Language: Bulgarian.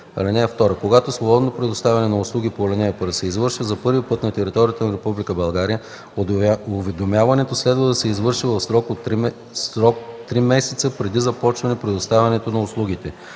(2) Когато свободното предоставяне на услуги по ал. 1 се извършва за първи път на територията на Република България, уведомяването следва да се извърши в срок три месеца преди започване предоставянето на услугите.